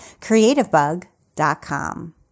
creativebug.com